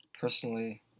personally